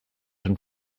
and